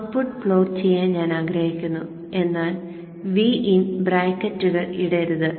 output plot ചെയ്യാൻ ഞാൻ ആഗ്രഹിക്കുന്നു എന്നാൽ Vin ബ്രാക്കറ്റുകൾ ഇടരുത്